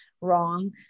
wrong